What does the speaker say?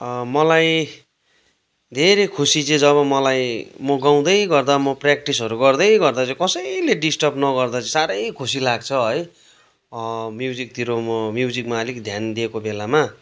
मलाई धेरै खुसी चाहिँ जब मलाई म गाउँदै गर्दा म प्र्याक्टिसहरू गर्दै गर्दा चाहिँ कसैले डिस्टर्ब नगर्दा चाहिँ साह्रै खुसी लाग्छ है म्युजिकतिर म म्युजिकमा आलिक ध्यान दिएको बेलामा